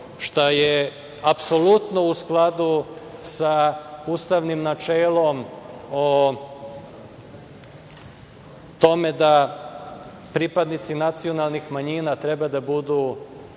što je apsolutno u skladu sa ustavnim načelom o tome da pripadnici nacionalnih manjina treba da budu